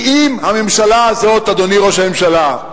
כי אם הממשלה הזאת, אדוני ראש הממשלה,